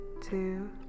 two